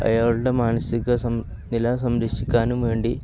അയാളുടെ മാനസിക നില സംരക്ഷിക്കാനും വേണ്ടി